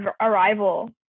Arrival